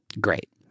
Great